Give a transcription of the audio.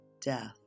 death